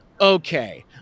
okay